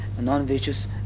non-vicious